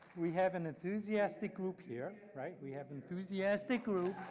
we have an enthusiastic group here. right, we have enthusiastic group.